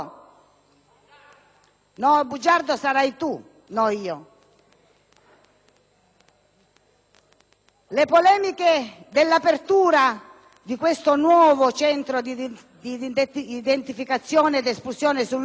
No. Bugiardo sarai tu, non io! Le polemiche sull'apertura di questo nuovo centro di identificazione e di espulsione sull'isola